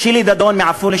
שלי דדון מעפולה,